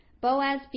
Boaz